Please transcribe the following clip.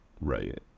Right